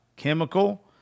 chemical